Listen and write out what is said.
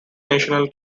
national